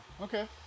Okay